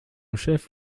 chef